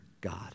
God